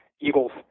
eagles